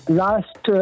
last